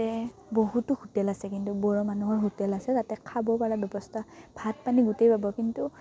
তাতে বহুতো হোটেল আছে কিন্তু বড়ো মানুহৰ হোটেল আছে তাতে খাব পৰা ব্যৱস্থা ভাত পানী গোটেই পাব কিন্তু